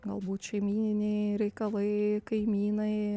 galbūt šeimyniniai reikalai kaimynai